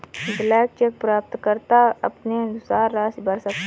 blank cheque प्राप्तकर्ता अपने अनुसार राशि भर सकता है